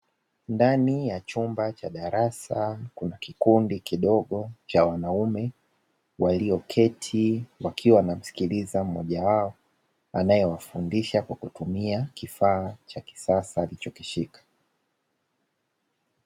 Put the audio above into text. Ndani ya chumba cha darasa kuna kikundi kidogo cha wanaume walioketi wakiwa wanamsikiliza mmoja wao anayewafundisha kwa kutumia kifaa cha kisasa alichokishika.